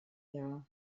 jahr